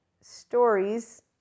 stories